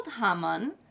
Haman